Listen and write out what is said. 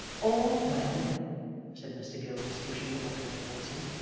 all well said mr gills, pushing the bottle towards him.